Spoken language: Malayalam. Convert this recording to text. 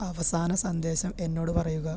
അവസാന സന്ദേശം എന്നോട് പറയുക